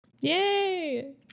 Yay